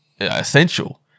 essential